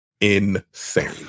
insane